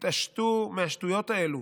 תתעשתו מהשטויות האלה.